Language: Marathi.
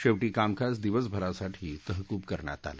शेवटी कामकाज दिवसभरासाठी तहकूब करण्यात आलं